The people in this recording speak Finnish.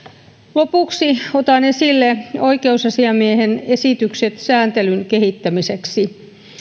lopuksi otan esille oikeusasiamiehen esitykset sääntelyn kehittämiseksi